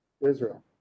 Israel